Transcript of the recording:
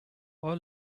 all